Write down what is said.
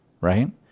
right